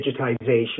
digitization